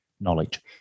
knowledge